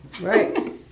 Right